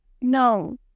no